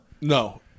No